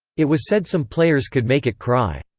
it was said some players could make it cry.